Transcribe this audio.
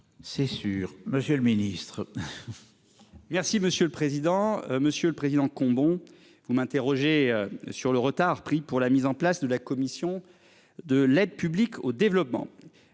C'est sûr. Monsieur le Ministre. Merci monsieur le président. Monsieur le Président. Bon vous m'interrogez sur le retard pris pour la mise en place de la commission de l'aide publique au développement.